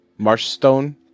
Marshstone